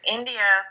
India